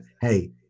Hey